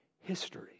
history